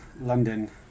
London